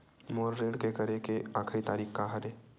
मोर ऋण के करे के आखिरी तारीक का हरे?